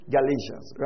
Galatians